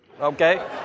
okay